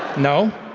no?